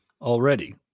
already